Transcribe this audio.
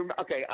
Okay